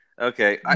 Okay